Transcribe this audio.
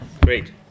Great